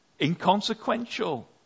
Inconsequential